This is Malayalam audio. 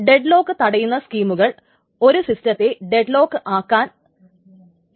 ഡെഡ്ലോക്ക് തടയുന്ന സ്കീമുകൾ ഒരു സിസ്റ്റത്തെ ഡെഡ്ലോക്ക് ആകാൻ സമ്മതിക്കുകയില്ല